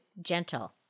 gentle